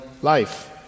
Life